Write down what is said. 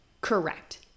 Correct